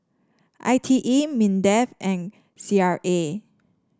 I T E Mindefand C R A